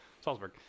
Salzburg